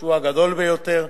שהוא הגדול ביותר,